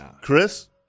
Chris